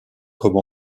comme